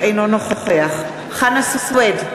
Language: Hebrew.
אינו נוכח חנא סוייד,